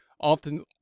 often